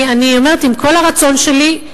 אני אומרת, שעם כל הרצון שלי,